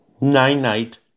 Nine-night